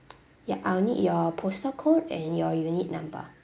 ya I'll need your postal code and your unit number